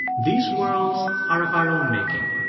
these worlds are of our own making,